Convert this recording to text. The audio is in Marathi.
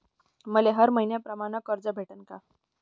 मले हर मईन्याप्रमाणं कर्ज भेटन का?